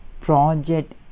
project